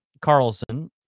Carlson